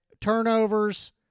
turnovers